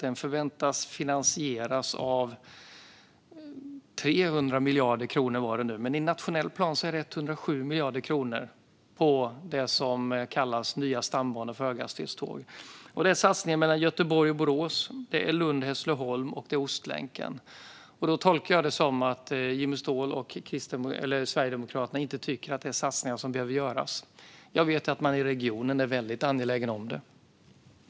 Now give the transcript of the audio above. Den förväntas finansieras av 300 miljarder kronor, som det låter nu, men i nationell plan är det 107 miljarder kronor till det som kallas nya stambanor för höghastighetståg. Det är satsningar på sträckorna Göteborg-Borås och Lund-Hässleholm och på Ostlänken. Jag tolkar det som att Jimmy Ståhl och Sverigedemokraterna tycker att det är satsningar som inte behöver göras. Men jag vet att regionerna är väldigt angelägna om det.